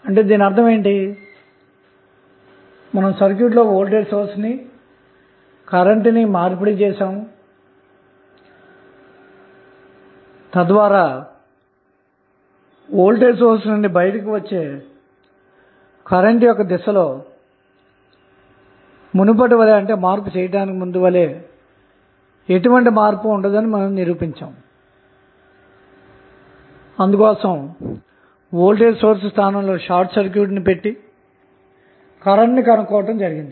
అంటే దీనర్ధం మనం సర్క్యూట్ లో వోల్టేజ్ సోర్స్ ని కరెంటు ని మార్పిడి చేసాము తద్వారా వోల్టేజ్ సోర్స్ నుండి బయటకు వచ్చే కరెంటు దిశలో మునుపటి వాలే ఎటువంటి మార్పు ఉండదని నిరూపించాము అందుకోసం వోల్టేజ్ సోర్స్ స్థానంలో షార్ట్ సర్క్యూట్చేసి మరి కరెంటు ను కనుగొనటం జరిగింది